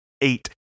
eight